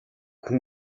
хүн